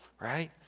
right